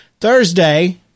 Thursday